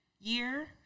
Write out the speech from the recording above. year